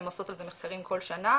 הן עושות על זה מחקרים כל שנה,